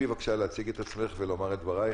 בבקשה, להציג את עצמך ולומר את דברייך.